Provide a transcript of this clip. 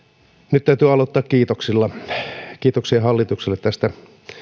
nyt täytyy aloittaa kiitoksilla kiitoksia hallitukselle tästä